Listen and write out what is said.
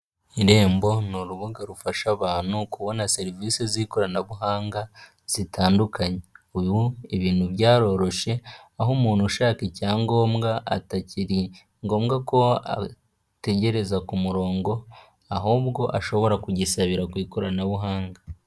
Irembo ni urubuga rufasha abantu kubona serivisi z'ikoranabuhanga zitandukanye, ubu ibintu byaroroshye, aho umuntu ushaka icyangombwa atakiri ngombwa ko ategereza ku murongo, ahubwo ashobora kugisabira ku ikoranabuhanga.